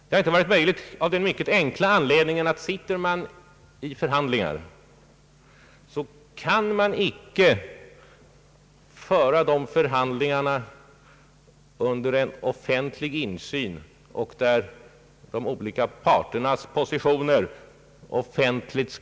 Det har inte varit möjligt av den mycket enkla anledningen att om man sitter i förhandlingar om ett företag kan dessa förhandlingar icke föras under offentlig insyn så att de olika parternas positioner redovisas för allmänheten.